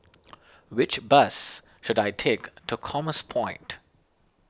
which bus should I take to Commerce Point